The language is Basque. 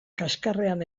kaxkarrean